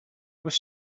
was